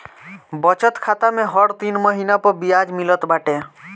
बचत खाता में हर तीन महिना पअ बियाज मिलत बाटे